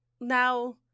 now